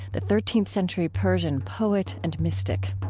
the thirteenth century persian poet and mystic.